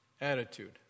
attitude